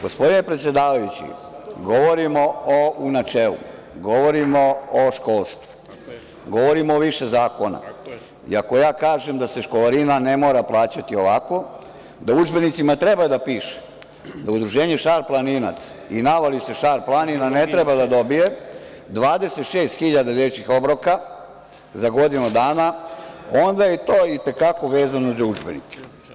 Gospodine predsedavajući, govorimo u načelu, govorimo o školstvu, govorimo o više zakona i ako ja kažem da se školarina ne mora plaćati ovako, da u udžbenicima treba da piše da Udruženje „Šarplaninac“ i „Navali se Šar planina“ ne treba da dobije 26.000 dečijih obroka za godinu dana, onda je to i te kako vezano za udžbenike.